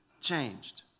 changed